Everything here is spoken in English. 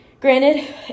granted